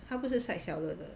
他不是 side seller 的